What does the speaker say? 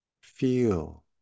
feel